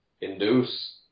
induce